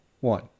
one